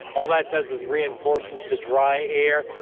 all that does is re-enforces the ry air.